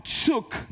took